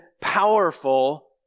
powerful